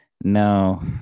no